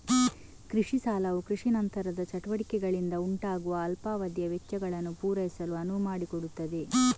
ಕೃಷಿ ಸಾಲವು ಕೃಷಿ ನಂತರದ ಚಟುವಟಿಕೆಗಳಿಂದ ಉಂಟಾಗುವ ಅಲ್ಪಾವಧಿಯ ವೆಚ್ಚಗಳನ್ನು ಪೂರೈಸಲು ಅನುವು ಮಾಡಿಕೊಡುತ್ತದೆ